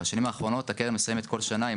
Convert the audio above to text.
בשנים האחרונות הקרן מסיימת כל שנה עם